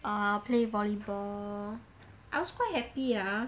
a play volleyball I was quite happy ah